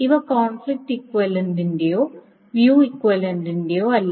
ഇവ കോൺഫ്ലിക്റ്റ് ഇക്വിവലൻറ്റോ വ്യൂ ഇക്വിവലൻറ്റോ അല്ല